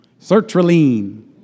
Sertraline